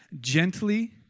gently